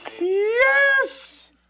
Yes